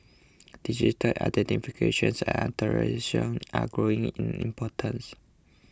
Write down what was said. digital identification and authentication are growing in importance